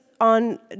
on